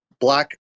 Black